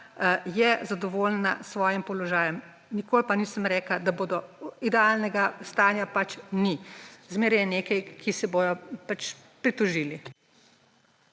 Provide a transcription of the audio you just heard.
je zadovoljna s svojim položajem. Nikoli pa nisem rekla, da bodo …, idealnega stanja pač ni. Zmeraj je nekaj, ki se bojo pač pritožili.